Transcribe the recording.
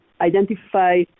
identify